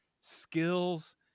skills